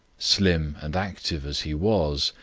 slim and active as he was,